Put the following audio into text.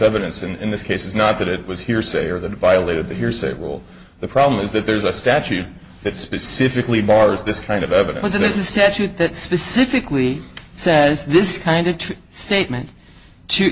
evidence in this case is not that it was hearsay or that violated the hearsay rule the problem is that there's a statute that specifically bars this kind of evidence it is a statute that specifically says this kind of statement to